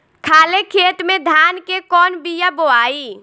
खाले खेत में धान के कौन बीया बोआई?